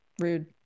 rude